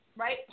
right